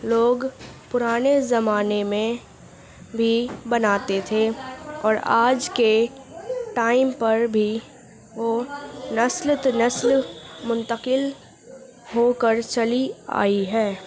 لوگ پرانے زمانے میں بھی بناتے تھے اور آج کے ٹائم پر بھی وہ نسل نسل منتقل ہو کر چلی آئی ہے